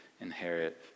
inherit